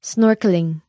Snorkeling